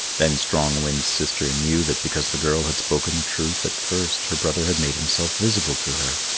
then strong wind's sister knew that because the girl had spoken the truth at first her brother had made himself visible to her.